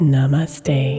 Namaste